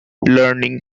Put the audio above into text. learning